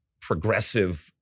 progressive